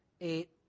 eight